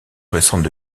récentes